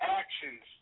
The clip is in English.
actions